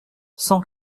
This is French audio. cent